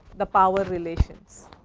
the power relations.